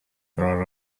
there